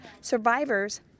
survivors